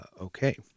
okay